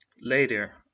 later